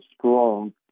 strong